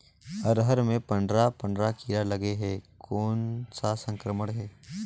अरहर मे पंडरा पंडरा कीरा लगे हे कौन सा संक्रमण हे?